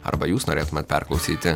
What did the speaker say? arba jūs norėtumėt perklausyti